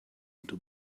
into